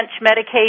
medication